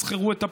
תסכרו את הפה,